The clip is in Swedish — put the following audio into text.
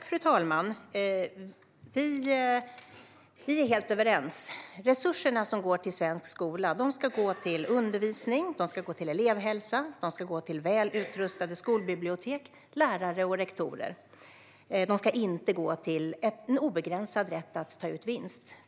Fru talman! Vi är helt överens. Resurserna som går till svensk skola ska gå till undervisning, elevhälsa, väl utrustade skolbibliotek, lärare och rektorer. De ska inte gå till en obegränsad rätt att ta ut vinst.